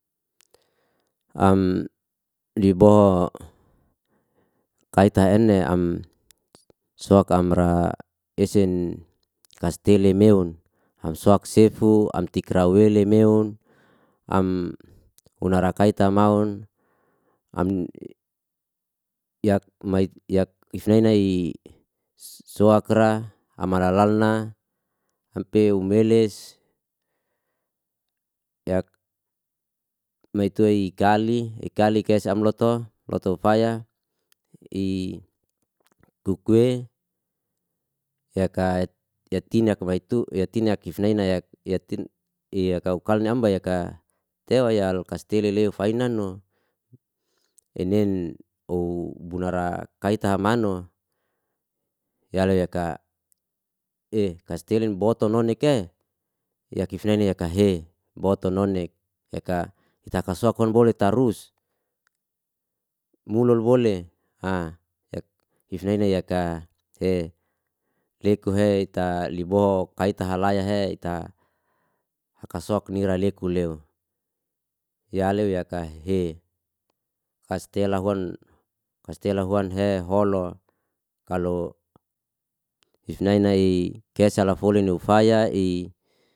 Am libo kai ta enne am soak amra esen kastile meon amsoak sefo antik rauweli meon am una rakai ta maun am yak mai yak ifnenai suwak ra ama lalalna ampeu meles yak maitoi i kali i kali kaes emloto loto loto faya i kukwe yaka ya tinak mai tu ya tinak ifnei na yak ya tin iya kau kalyamba ka tewa yal kastili leo faynan no enen ou bunara kaita mahanoa yale yaka e kastelin boton nononek e yakif nene yakahe boton nonek eka ita kasoak kun bole tarus mulol bole a yak hifnaina yaka he leku he ita libo kai ta halaya he ita ha kasoak nira leku leu yale weyaka he he kastela hun kastela huan he holo kalo hifnai nai kesala fole nu faya i